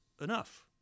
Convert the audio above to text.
enough